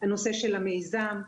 הנושא של המיזם,